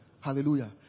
hallelujah